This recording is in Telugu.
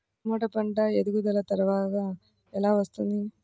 టమాట పంట ఎదుగుదల త్వరగా ఎలా వస్తుంది?